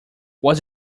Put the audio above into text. was